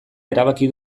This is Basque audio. erabaki